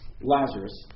Lazarus